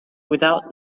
without